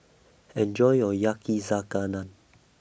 Enjoy your Yakizakana